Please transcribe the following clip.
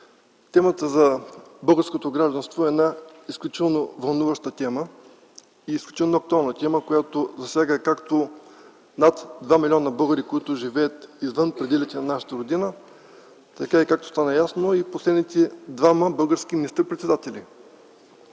Темата за българското гражданство е една изключително вълнуваща и актуална тема, която засяга над два милиона българи, които живеят извън пределите на нашата родина. Както стана ясно, засяга и последните двама български министър-председатели,